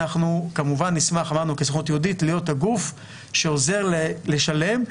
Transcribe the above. אנחנו כמובן נשמח כסוכנות יהודית להיות הגוף שעוזר לשלם,